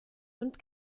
und